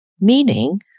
Meaning